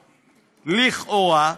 לכאורה,